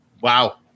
Wow